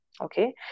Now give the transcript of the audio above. okay